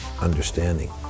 understanding